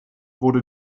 wurde